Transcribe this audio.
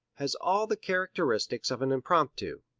has all the characteristics of an impromptu.